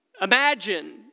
imagine